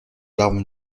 l’arme